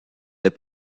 des